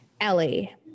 Ellie